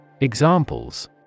Examples